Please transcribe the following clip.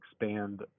expand